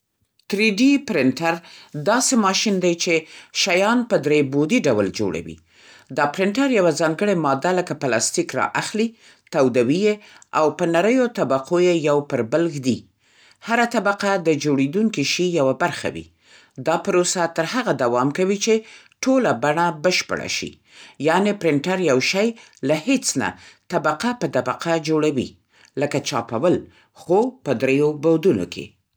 تري ډي پرنټر داسې ماشین دی چې شیان په درۍ‌بعدي ډول جوړوي. دا پرنټر یوه ځانګړې ماده لکه پلاستیک رااخلي، تودوي یې او په نریو طبقو یې یو پر بل ږدي. هره طبقه د جوړېدونکي شي یوه برخه وي. دا پروسه تر هغه دوام کوي چې ټوله بڼه بشپړه شي. یعنې، پرنټر یو شی له هېڅ نه، طبقه په طبقه جوړوي. لکه چاپول، خو په دریو بعدونو کې.